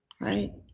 Right